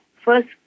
first